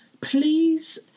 Please